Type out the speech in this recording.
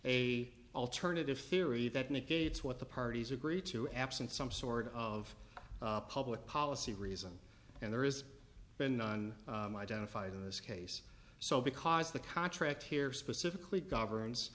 a alternative theory that negates what the parties agreed to absent some sort of public policy reason and there is been identified in this case so because the contract here specifically governs